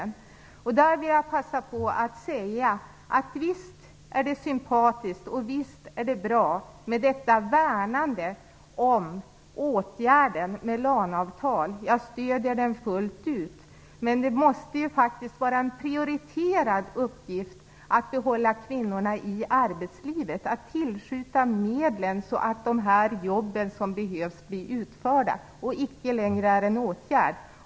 Jag vill i det sammanhanget passa på att säga att visst är det sympatiskt och bra med detta värnande om åtgärden med Lan-avtal. Jag stöder det fullt ut. Men det måste faktiskt vara en prioriterad uppgift att behålla kvinnorna i arbetslivet, att tillskjuta medel så att de jobb som behövs blir utförda och icke längre är en åtgärd.